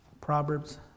proverbs